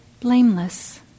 blameless